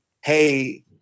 hey